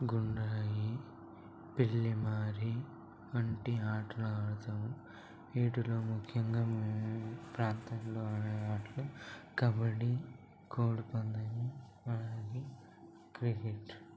గున్నాయి పిల్లిమారి వంటి ఆటలు ఆడతాము వీటిలో ముఖ్యంగా ప్రాంతంలో ఆడే ఆటలు కబడ్డీ కోడిపందాలు మరియు క్రికెట్